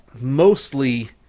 mostly